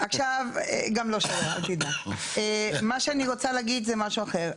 עכשיו, מה שאני רוצה להגיד הוא משהו אחר.